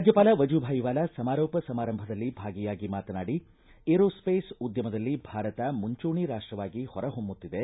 ರಾಜ್ಯಪಾಲ ವಜೂಭಾಯ್ ವಾಲಾ ಸಮಾರೋಪ ಸಮಾರಂಭದಲ್ಲಿ ಭಾಗಿಯಾಗಿ ಮಾತನಾಡಿ ಏರೋ ಸ್ಪೇಸ್ ಉದ್ಯಮದಲ್ಲಿ ಭಾರತ ಮುಂಚೂಣಿ ರಾಷ್ಟವಾಗಿ ಹೊರಹೊಮ್ಮುತ್ತಿದೆ